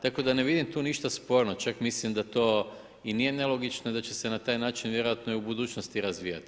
Tako da ne vidim tu ništa sporno, čak mislim da to i nije nelogično da će se na taj način vjerojatno i u budućnosti razvijati.